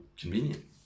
convenient